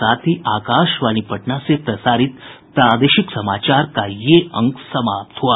इसके साथ ही आकाशवाणी पटना से प्रसारित प्रादेशिक समाचार का ये अंक समाप्त हुआ